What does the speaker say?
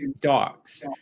dogs